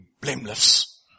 blameless